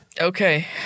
Okay